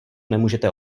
nemůžete